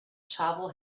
shovel